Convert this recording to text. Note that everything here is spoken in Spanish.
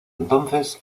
entonces